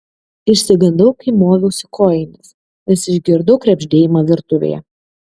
išsigandau kai moviausi kojines nes išgirdau krebždėjimą virtuvėje